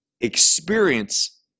experience